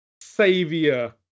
savior